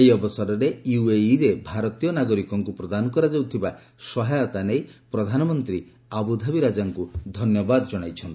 ଏହି ଅବସରରେ ୟୁଏଇରେ ଭାରତୀୟ ନାଗରିକଙ୍କୁ ପ୍ରଦାନ କାଯାଉଉଥିବା ସହାୟତା ନେଇ ପ୍ରଧାନମନ୍ତ୍ରୀ ଆବୁଧାବୀ ରାଜାଙ୍କୁ ଧନ୍ୟବାଦ ଜଣାଇଛନ୍ତି